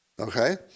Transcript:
okay